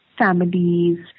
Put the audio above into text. families